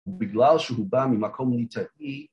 ובגלל שהוא בא ממקום ליטאי